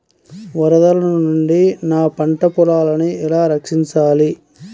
వరదల నుండి నా పంట పొలాలని ఎలా రక్షించాలి?